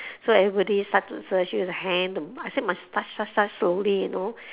so everybody start to search use the hand to I say must touch touch touch slowly you know